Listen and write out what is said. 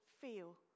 feel